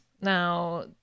Now